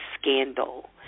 scandal